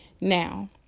Now